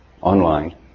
online